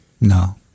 No